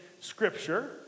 Scripture